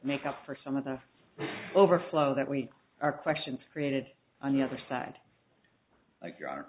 make up for some of the overflow that we are questions created on the other side if you are